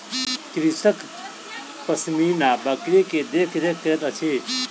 कृषक पश्मीना बकरी के देख रेख करैत अछि